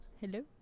Hello